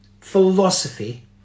philosophy